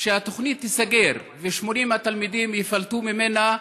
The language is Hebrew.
שהתוכנית תיסגר ו-80 התלמידים ייפלטו ממנה,